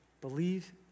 believe